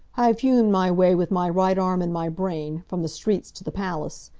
i've hewn my way with my right arm and my brain, from the streets to the palace.